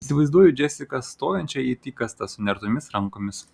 įsivaizduoju džesiką stovinčią it įkastą sunertomis rankomis